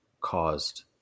caused